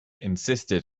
insisted